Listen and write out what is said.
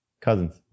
Cousins